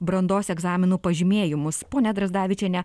brandos egzaminų pažymėjimus ponia drazdavičiene